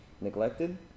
neglected